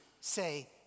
say